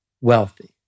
wealthy